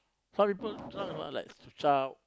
some people drunk ah like shout